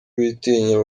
bitinya